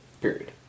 Period